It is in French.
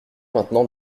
maintenant